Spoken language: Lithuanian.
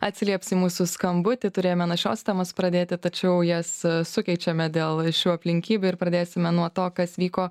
atsilieps į mūsų skambutį turėjome nuo šios temos pradėti tačiau jas sukeičiame dėl šių aplinkybių ir pradėsime nuo to kas vyko